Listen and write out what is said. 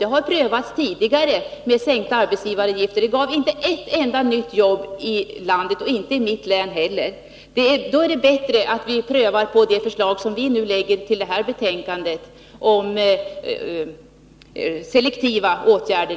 Sänkningar av arbetsgivaravgifterna har prövats tidigare, men de gav inte ett enda nytt jobb, varken i mitt hemlän eller i landet i övrigt. Därför är det bättre att pröva det förslag som vi stödjer i utskottet och som avser selektiva åtgärder.